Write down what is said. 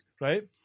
right